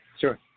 Sure